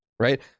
Right